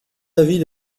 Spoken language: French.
l’avis